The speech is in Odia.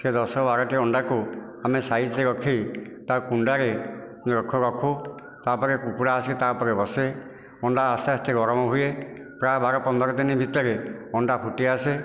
ସିଏ ଦଶ ବାରଟି ଅଣ୍ଡାକୁ ଆମେ ସାଇଜ୍ରେ ରଖି ତାହା କୁଣ୍ଡାରେ ରଖୁ ତା'ପରେ କୁକୁଡ଼ା ଆସିକି ତାହା ଉପରେ ବସେ ଅଣ୍ଡା ଆସ୍ତେ ଆସ୍ତେ ଗରମ ହୁଏ ପ୍ରାୟ ବାର ପନ୍ଦର ଦିନ ଭିତରେ ଅଣ୍ଡା ଫୁଟିଆସେ